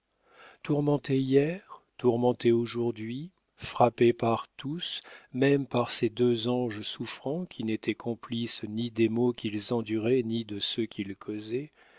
éternels tourmentée hier tourmentée aujourd'hui frappée par tous même par ses deux anges souffrants qui n'étaient complices ni des maux qu'ils enduraient ni de ceux qu'ils causaient